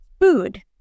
Food